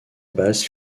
base